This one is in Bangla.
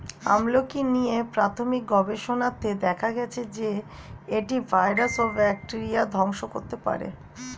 আমলকী নিয়ে প্রাথমিক গবেষণাতে দেখা গেছে যে, এটি ভাইরাস ও ব্যাকটেরিয়া ধ্বংস করতে পারে